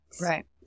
Right